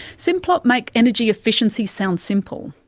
simplot make energy efficiency sound simple,